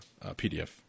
PDF